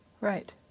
Right